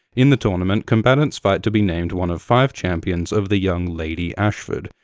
in the tournament, combatants fight to be named one of five champions of the young lady ashford.